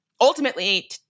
ultimately